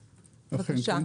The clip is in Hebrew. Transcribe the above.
בקשה,